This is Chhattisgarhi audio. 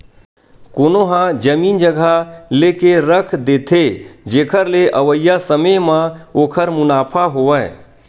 कोनो ह जमीन जघा लेके रख देथे, जेखर ले अवइया समे म ओखर मुनाफा होवय